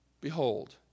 behold